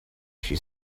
she